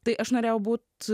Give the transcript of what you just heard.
tai aš norėjau būt